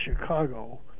Chicago